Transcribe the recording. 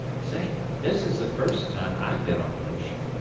say, this is the first time i've been on the ocean.